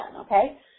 okay